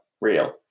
real